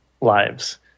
lives